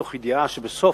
תוך ידיעה שבסוף